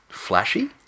Flashy